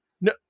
No